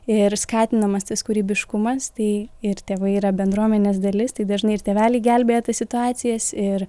ir skatinamas tas kūrybiškumas tai ir tėvai yra bendruomenės dalis tai dažnai ir tėveliai gelbėja tas situacijas ir